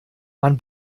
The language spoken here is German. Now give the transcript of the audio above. man